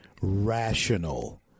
rational